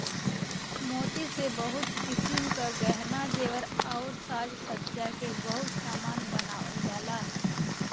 मोती से बहुत किसिम क गहना जेवर आउर साज सज्जा के बहुत सामान बनावल जाला